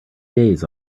days